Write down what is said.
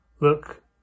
Look